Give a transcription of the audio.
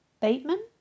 Bateman